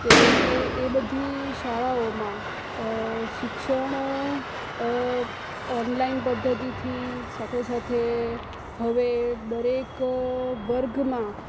તે એ એ બધી શાળાઓમાં શિક્ષણ ઓનલાઈન પદ્ધતિથી સાથે સાથે હવે દરેક વર્ગમાં